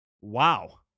Wow